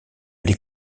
les